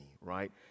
right